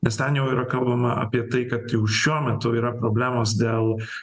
nes ten jau yra kalbama apie tai kad jau šiuo metu yra problemos dėl